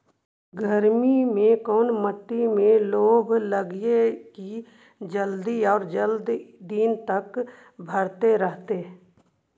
गर्मी में कोन मट्टी में लोबा लगियै कि जल्दी और जादे दिन तक भरतै रहतै?